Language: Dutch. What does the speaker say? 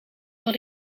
door